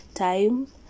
time